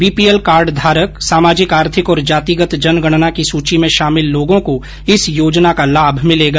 BPL card धारक सामाजिक आर्थिक और जातिगत जनगणना की सूची में शामिल लोगों को इस योजना का लाभ मिलेगा